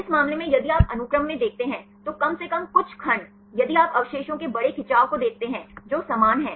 इस मामले में यदि आप अनुक्रम में देखते हैं तो कम से कम कुछ खंड यदि आप अवशेषों के बड़े खिंचाव को देखते हैं जो समान हैं